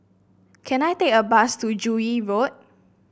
can I take a bus to Joo Yee Road